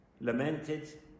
lamented